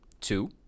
Two